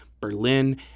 berlin